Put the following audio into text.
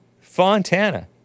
Fontana